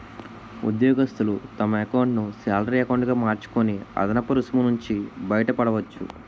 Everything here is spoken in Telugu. ఉద్యోగస్తులు తమ ఎకౌంటును శాలరీ ఎకౌంటు గా మార్చుకొని అదనపు రుసుము నుంచి బయటపడవచ్చు